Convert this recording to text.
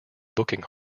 booking